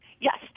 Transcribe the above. Yes